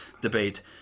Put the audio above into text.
debate